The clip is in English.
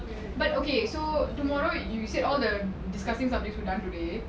but okay so tomorrow you said all the discussing something done today